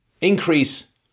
increase